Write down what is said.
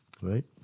Right